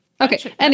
Okay